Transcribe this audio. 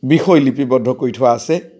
বিষয় লিপিবদ্ধ কৰি থোৱা আছে